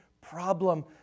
problem